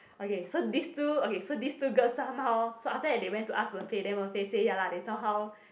okay so this two okay so this two girl somehow so after that they went to ask Wen Fei then Wen Fei say ya lah they somehow